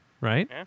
right